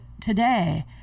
today